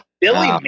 Billy